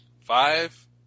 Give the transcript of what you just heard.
five